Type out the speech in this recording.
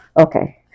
Okay